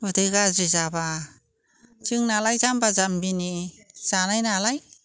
उदै गाज्रि जाब्ला जोंनालाय जामबा जामबिनि जानाय नालाय